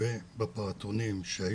עם